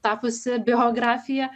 tapusi biografija